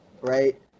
right